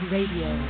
Radio